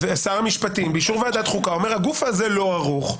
שר המשפטים באישור ועדת חוקה ואומר: הגוף הזה לא ערוך,